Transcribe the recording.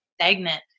stagnant